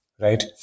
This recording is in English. right